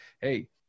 hey